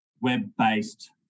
web-based